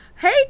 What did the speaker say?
hey